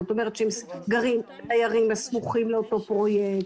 זאת אומרת, שהם דיירים סמוכים לאותו פרויקט,